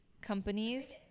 companies